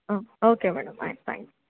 ಹಾಂ okay madam ಆಯ್ತು thanks